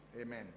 amen